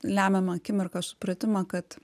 lemiamą akimirką supratimą kad